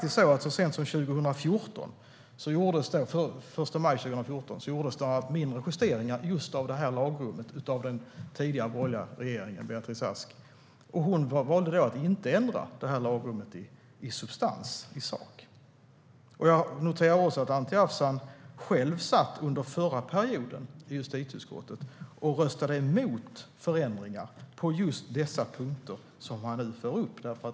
Så sent som den 1 maj 2014 gjordes några mindre justeringar av detta lagrum av den tidigare borgerliga regeringen och Beatrice Ask. Hon valde då att inte ändra lagrummet i sak. Jag noterar också att Anti Avsan själv satt i justitieutskottet under förra mandatperioden och då röstade emot förändringar på just de punkter som han nu för upp.